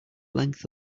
length